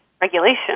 regulation